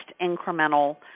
incremental